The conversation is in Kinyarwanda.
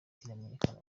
kiramenyekana